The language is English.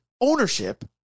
ownership